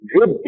good